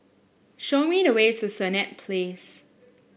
show me the way to Senett Place